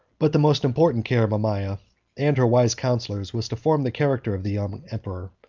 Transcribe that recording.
but the most important care of mamaea and her wise counsellors, was to form the character of the young emperor,